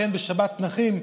לכן בשבת נחים,